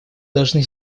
должны